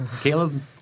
Caleb